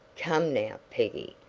come now, peggy,